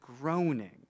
groaning